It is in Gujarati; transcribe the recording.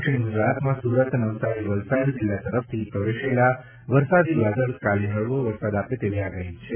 દક્ષિણ ગુજરાતમાં સુરત નવસારી વલસાડ જિલ્લા તરફથી પ્રવેશેલા વરસાદી વાદળ કાલે હળવો વરસાદ આપે તેવી આગાહી છે